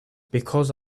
because